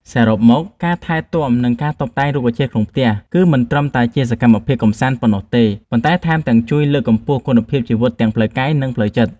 សរុបមក ការថែទាំ និងការតុបតែងរុក្ខជាតិក្នុងផ្ទះគឺមិនត្រឹមតែជាសកម្មភាពកម្សាន្តប៉ុណ្ណោះទេ ប៉ុន្តែថែមទាំងជួយលើកកម្ពស់គុណភាពជីវិតទាំងផ្លូវកាយ និងផ្លូវចិត្ត។